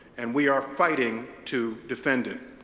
and we are fighting to defend it.